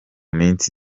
minsi